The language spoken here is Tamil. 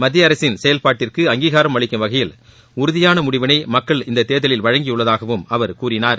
மத்திய அரசின் செயல்பாட்டிற்கு அங்கீகாரம் அளிக்கும் வகையில் உறுதியான முடிவினை மக்கள் இந்த தேர்தலில் வழங்கியுள்ளதாகவும் அவர் கூறினார்